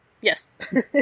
Yes